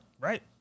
right